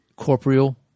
corporeal